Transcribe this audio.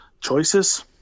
choices